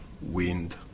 wind